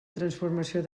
transformació